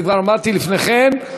אני כבר אמרתי לפני כן,